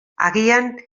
agian